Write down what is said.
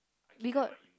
we got